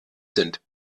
sind